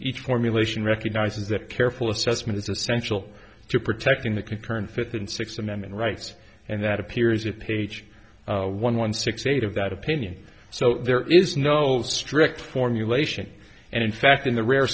each formulation recognises that careful assessment is essential to protecting the quick turn fifth and sixth amendment rights and that appears at page one one six eight of that opinion so there is no strict formulation and in fact in the rare